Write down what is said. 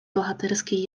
bohaterskiej